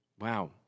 Wow